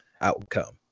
outcome